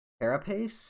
carapace